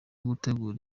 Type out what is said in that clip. gutegura